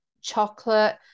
chocolate